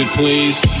Please